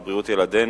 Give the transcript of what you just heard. על בריאות ילדינו.